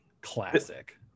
Classic